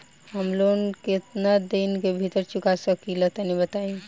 हम लोन केतना दिन के भीतर चुका सकिला तनि बताईं?